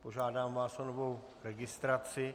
Požádám vás o novou registraci.